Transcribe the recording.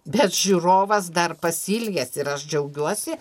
bet žiūrovas dar pasiilgęs ir aš džiaugiuosi